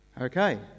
Okay